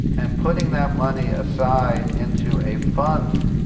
and putting that money aside into a fund,